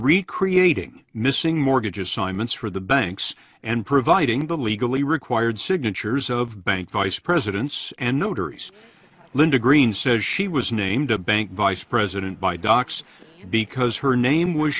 recreating missing mortgage assignments for the banks and providing the legal required signatures of bank vice pres and neuter linda greene says she was named a bank vice president by docs because her name was